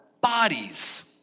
bodies